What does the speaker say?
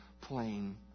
plain